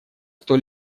кто